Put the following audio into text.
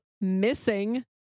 missing